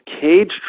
cage